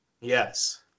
Yes